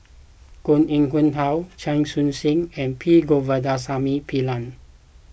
Koh Nguang How Chia Choo Suan and P Govindasamy Pillai